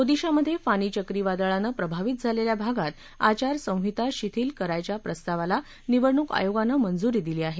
ओदिशामधे फानी चक्रीवादळानं प्रभावित झालेल्या भागात आचारसंहिता शिथिल करायच्या प्रस्तावाला निवडणूक आयोगानं मंजुरी दिली आहे